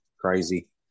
crazy